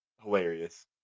hilarious